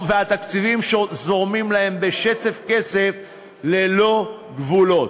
והתקציבים זורמים להם בשצף-קצף ללא גבולות.